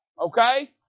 okay